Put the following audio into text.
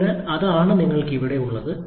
അതിനാൽ അതാണ് നിങ്ങൾക്ക് ഇവിടെയുള്ളത്